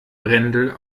brendel